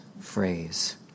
phrase